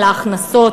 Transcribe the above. על ההכנסות,